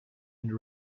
and